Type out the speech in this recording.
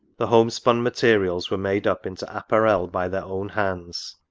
the home-spun materials were made up into apparel by their own hands.